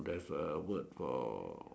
there's a word for